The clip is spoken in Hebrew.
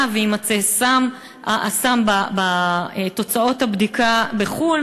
אם יימצא הסם בתוצאות הבדיקה בחו"ל,